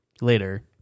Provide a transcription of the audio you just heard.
later